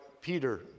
Peter